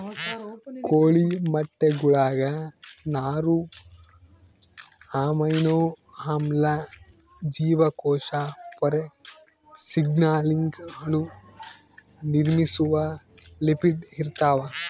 ಕೋಳಿ ಮೊಟ್ಟೆಗುಳಾಗ ನಾರು ಅಮೈನೋ ಆಮ್ಲ ಜೀವಕೋಶ ಪೊರೆ ಸಿಗ್ನಲಿಂಗ್ ಅಣು ನಿರ್ಮಿಸುವ ಲಿಪಿಡ್ ಇರ್ತಾವ